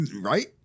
right